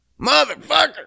Motherfucker